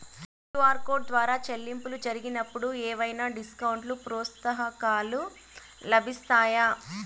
QR code ద్వారా చెల్లింపులు జరిగినప్పుడు ఏవైనా డిస్కౌంట్ లు, ప్రోత్సాహకాలు లభిస్తాయా?